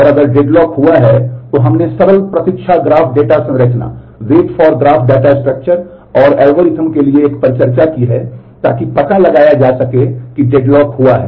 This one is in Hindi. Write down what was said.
और अगर डेडलॉक हुआ है